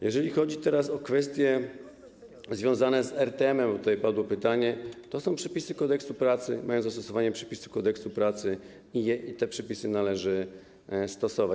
Jeżeli chodzi teraz o kwestie związane z RTM, bo tutaj padło pytanie, to są przepisy Kodeksu pracy, mają tu zastosowanie przepisy Kodeksu pracy i te przepisy należy stosować.